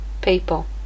people